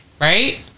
right